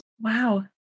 Wow